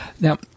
Now